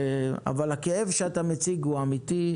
אבל הכאב שאתה מציג הוא אמיתי,